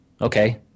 Okay